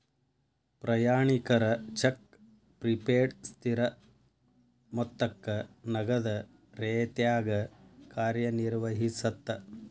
ಪ್ರಯಾಣಿಕರ check prepaid ಸ್ಥಿರ ಮೊತ್ತಕ್ಕ ನಗದ ರೇತ್ಯಾಗ ಕಾರ್ಯನಿರ್ವಹಿಸತ್ತ